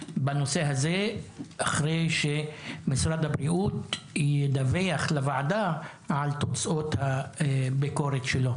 בנושא הזה אחרי שמשרד הבריאות ידווח לוועדה על תוצאות הביקורת שלו.